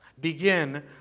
Begin